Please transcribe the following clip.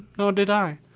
nor did i.